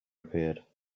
appeared